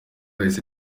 yahise